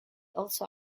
also